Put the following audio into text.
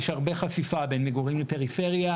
יש הרבה חפיפה בין מגורים בפריפריה,